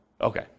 Okay